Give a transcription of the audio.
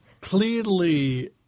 Clearly